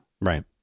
Right